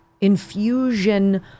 infusion